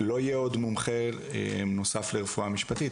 לא יהיה עוד מומחה נוסף לרפואה משפטית,